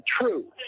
true